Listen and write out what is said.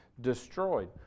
destroyed